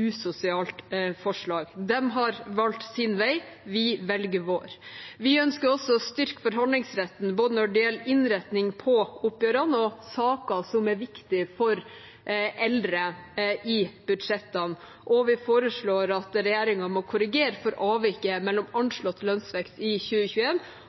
usosialt forslag. De har valgt sin vei, vi velger vår. Vi ønsker også å styrke forhandlingsretten, når det gjelder både innretning på oppgjørene og saker som er viktig for eldre i budsjettene, og vi foreslår at regjeringen må korrigere for avviket mellom anslått lønnsvekst i